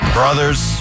brothers